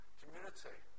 community